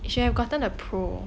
should have gotten a pro